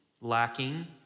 lacking